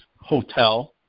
hotel